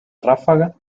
ráfaga